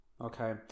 okay